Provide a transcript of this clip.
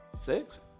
Six